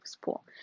pool